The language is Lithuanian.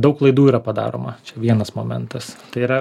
daug klaidų yra padaroma čia vienas momentas tai yra